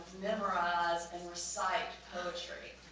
memorize and recite poetry.